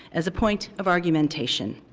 as a point of argumentation.